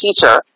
teacher